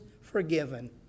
forgiven